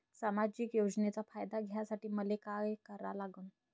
सामाजिक योजनेचा फायदा घ्यासाठी मले काय लागन?